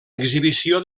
exhibició